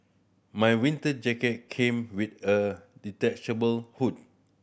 my winter jacket came with a detachable hood